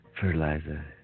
fertilizer